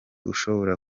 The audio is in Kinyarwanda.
ushobora